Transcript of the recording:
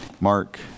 Mark